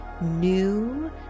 new